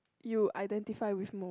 you identify with most